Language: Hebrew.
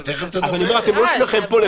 אתם לא שניכם לבד פה.